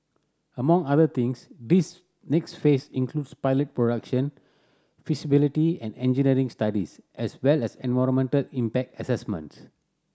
among other things this next phase includes pilot production feasibility and engineering studies as well as environmental impact assessments